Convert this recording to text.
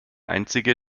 einzige